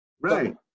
Right